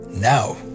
Now